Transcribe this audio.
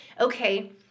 okay